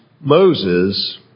Moses